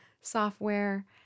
software